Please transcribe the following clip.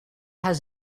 has